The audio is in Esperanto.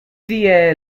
tie